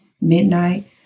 midnight